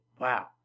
Wow